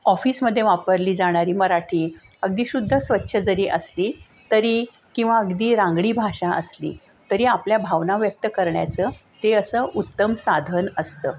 ऑफिसमध्ये वापरली जाणारी मराठी अगदी शुद्ध स्वच्छ जरी असली तरी किंवा अगदी रांगडी भाषा असली तरी आपल्या भावना व्यक्त करण्याचं ते असं उत्तम साधन असतं